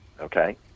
okay